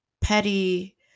Petty